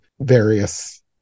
various